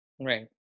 Right